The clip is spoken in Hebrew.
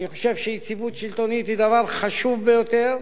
אני חושב שיציבות שלטונית היא דבר חשוב ביותר,